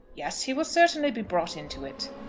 yes he will certainly be brought into it.